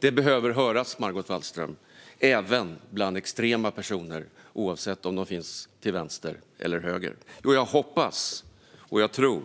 Det behöver höras, Margot Wallström, även bland extrema personer, oavsett om de finns till vänster eller till höger. Jag hoppas och jag tror